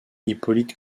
hippolyte